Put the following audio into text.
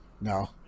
no